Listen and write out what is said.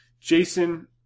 Jason